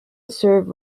serve